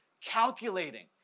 calculating